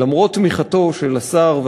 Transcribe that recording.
למרות תמיכתו של השר,